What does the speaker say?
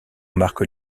marque